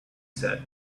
said